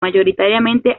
mayoritariamente